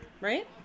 Right